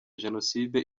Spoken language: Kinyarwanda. jenoside